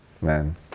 man